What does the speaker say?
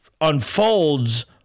unfolds